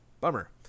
Bummer